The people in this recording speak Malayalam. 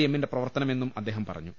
എമ്മിന്റെ പ്രവർത്തനമെന്നും അദ്ദേഹം പറഞ്ഞു